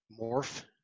morph